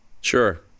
Sure